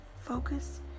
focus